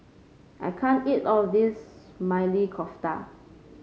I can't eat all of this Maili Kofta